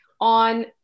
on